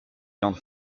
viande